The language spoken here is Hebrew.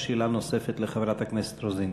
שאלה נוספת לחברת הכנסת רוזין.